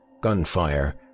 gunfire